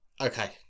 Okay